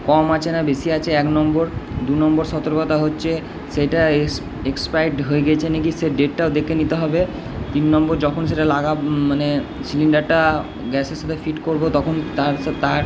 কম আচে না বেশি আচে এক নম্বর দু নম্বর সতর্কতা হচ্চে সেটা এক্স এক্সপাইড হয়ে গেছে না কি সে ডেটটাও দেখে নিতে হবে তিন নম্বর যখন সেটা লাগাবো মানে সিলিন্ডারটা গ্যাসের সাথে ফিট করবো তখন তার সে তার